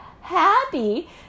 happy